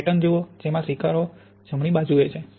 pattern જુઓ જેમાં શિખરો જમણી બાજુએ છે